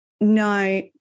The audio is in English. No